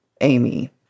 Amy